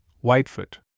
Whitefoot